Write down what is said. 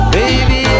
Baby